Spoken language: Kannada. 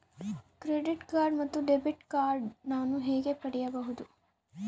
ಕ್ರೆಡಿಟ್ ಕಾರ್ಡ್ ಮತ್ತು ಡೆಬಿಟ್ ಕಾರ್ಡ್ ನಾನು ಹೇಗೆ ಪಡೆಯಬಹುದು?